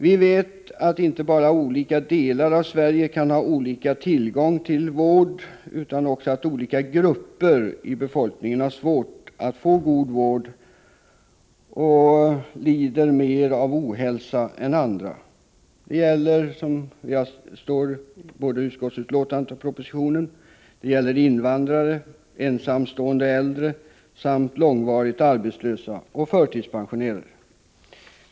Vi vet att inte bara olika delar av Sverige kan ha olika tillgång till vård utan att också olika grupper av befolkningen har svårt att få god vård och lider mer av ohälsa än andra. Det gäller, som står skrivet i både utskottsbetänkandet och propositionen, invandrare, ensamstående äldre samt långvarigt arbetslösa och förtidspensionerade.